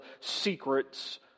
secrets